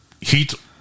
Heat